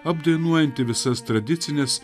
apdainuojanti visas tradicines